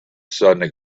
sudden